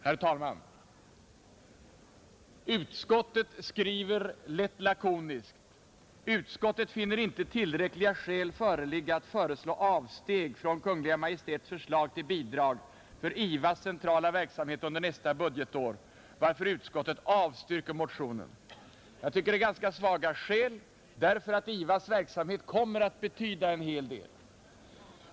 Herr talman! Utskottet skriver lätt lakoniskt: ”Utskottet finner inte tillräckliga skäl föreligga att föreslå avsteg från Kungl. Maj:ts förslag till bidrag för IVAs centrala verksamhet under nästa budgetår, varför utskottet avstyrker motionen.” Jag tycker att det är en ganska svag motivering, eftersom IVA:s verksamhet kommer att betyda en hel del.